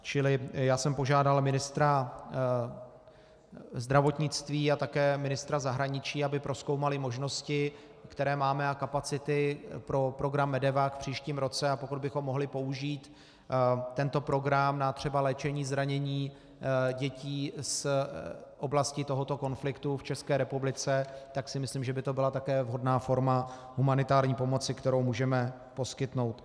Čili já jsem požádal ministra zdravotnictví a také ministra zahraničí, aby prozkoumali možnosti, které máme, a kapacity pro program MEDEVAC v příštím roce, a pokud bychom mohli použít tento program na třeba léčení zranění dětí z oblasti tohoto konfliktu v České republice, tak si myslím, že by to byla také vhodná forma humanitární pomoci, kterou můžeme poskytnout.